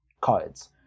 cards